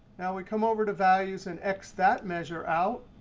now we come over to values and x that measure out.